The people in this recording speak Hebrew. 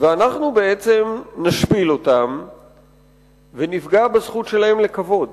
ואנחנו בעצם נשפיל אותם ונפגע בזכות שלהם לכבוד.